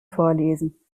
vorlesen